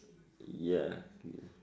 ya